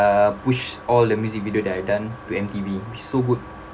uh pushed all the music video that I've done to M_T_V which is so good